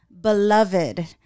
Beloved